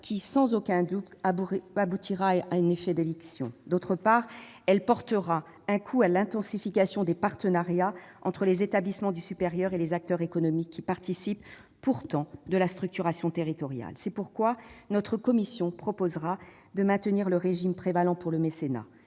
qui, sans aucun doute, aboutira à un effet d'éviction. En outre, elle portera un coup à l'intensification des partenariats entre les établissements du supérieur et les acteurs économiques, qui participent pourtant de la structuration territoriale. C'est pourquoi notre commission proposera de maintenir le régime prévalant pour le mécénat.